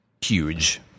huge